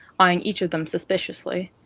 eyeing each of them suspiciously.